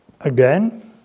again